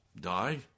Die